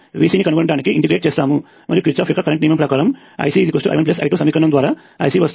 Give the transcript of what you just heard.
Vcని కనుగొనటానికి ఇంటిగ్రేట్ చేస్తాము మరియు కిర్చాఫ్ యొక్క కరెంటు నియమము ప్రకారము IcI1I2 సమీకరణము ద్వారా Ic వస్తుంది